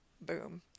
boom